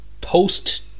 post-